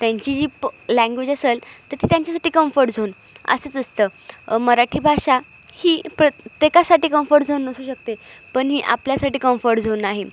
त्यांची जी पण लँग्वेज असेल तर ती त्यांच्यासाठी कम्फर्ट झोन असंच असतं मराठी भाषा ही प्रत्येकासाठी कम्फर्ट झोन नसू शकते पण ही आपल्यासाठी कम्फर्ट झोन आहे